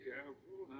Careful